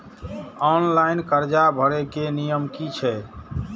Online कर्जा भरे के नियम की छे?